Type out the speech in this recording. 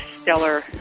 stellar